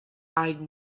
eyed